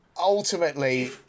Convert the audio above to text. ultimately